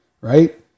right